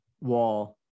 wall